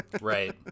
Right